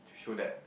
to show that